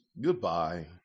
Goodbye